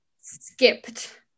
skipped